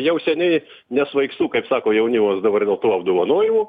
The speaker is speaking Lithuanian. jau seniai nesvaigstu kaip sako jaunimas dabar dėl tų apdovanojimų